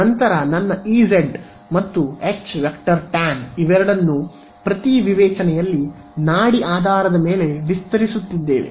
ನಂತರ ನನ್ನ ಇಜೆಡ್ ಮತ್ತು ⃗ ಹೆಚ್ ಟ್ಯಾನ್ ಇವೆರಡನ್ನೂ ಪ್ರತಿ ವಿವೇಚನೆಯಲ್ಲಿ ನಾಡಿ ಆಧಾರದ ಮೇಲೆ ವಿಸ್ತರಿಸುತ್ತಿದ್ದೇವೆ